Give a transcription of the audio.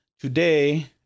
today